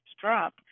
drop